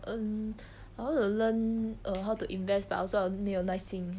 hmm I want to learn err how to invest but I also err 没有耐心